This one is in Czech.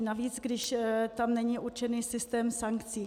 Navíc když tam není určený systém sankcí.